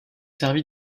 servi